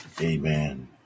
amen